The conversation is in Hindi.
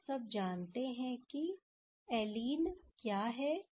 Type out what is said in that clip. आप सब जानते हैं कि एलीन क्या है